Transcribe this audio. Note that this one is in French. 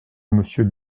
monsieur